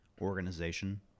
organization